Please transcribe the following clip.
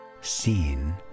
seen